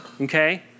Okay